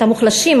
את המוחלשים,